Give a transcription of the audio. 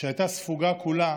שהייתה ספוגה כולה